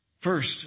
First